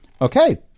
okay